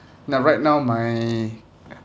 now right now my